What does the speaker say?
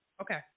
Okay